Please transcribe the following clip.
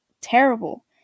terrible